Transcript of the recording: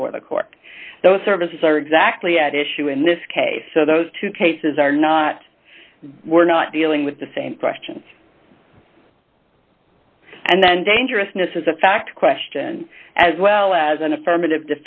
before the court those services are exactly at issue in this case so those two cases are not we're not dealing with the same questions and then dangerousness is a fact question as well as an affirmative